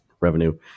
revenue